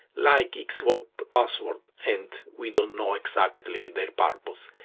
like xvoip passwords and we don't know exactly their purpose,